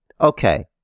okay